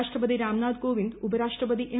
രാഷ്ട്രപതി റാംനാഥ് കോവിന്ദ് ഉപരാഷ്ട്രപതി എം